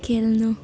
खेल्नु